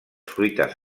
fruites